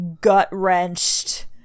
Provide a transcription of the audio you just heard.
gut-wrenched